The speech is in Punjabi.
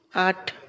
ਅੱਠ